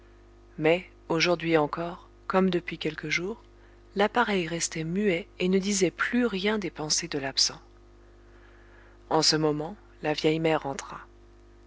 mais aujourd'hui encore comme depuis quelques jours l'appareil restait muet et ne disait plus rien des pensées de l'absent en ce moment la vieille mère entra